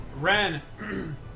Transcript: Ren